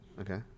okay